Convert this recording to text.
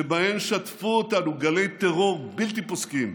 שבהן שטפו אותנו גלי טרור בלתי פוסקים,